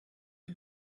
for